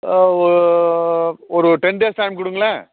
ஓ ஒரு ten days time கொடுக்கங்களேன்